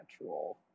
natural